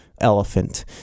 elephant